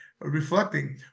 reflecting